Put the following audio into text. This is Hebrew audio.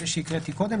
אלה שהקראתי קודם,